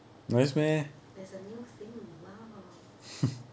it is a new thing thing !wow!